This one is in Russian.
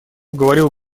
говорил